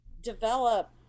develop